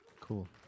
Cool